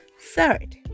Third